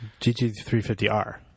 GT350R